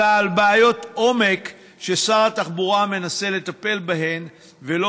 אלא על בעיות עומק ששר התחבורה מנסה לטפל בהן ולא